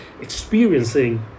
experiencing